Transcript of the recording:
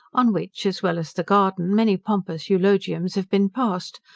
on which, as well as the garden, many pompous eulogiums have been passed,